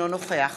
אינו נוכח